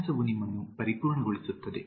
ಅಭ್ಯಾಸವು ನಿಮ್ಮನ್ನು ಪರಿಪೂರ್ಣಗೊಳಿಸುತ್ತದೆ